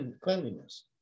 cleanliness